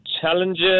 Challenges